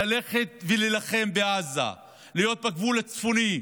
ללכת ולהילחם בעזה, להיות בגבול הצפוני,